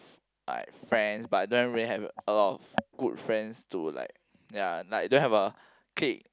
like friends but don't really have a lot of good friends to like ya like don't have a clique